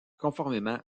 conformément